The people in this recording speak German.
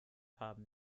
haben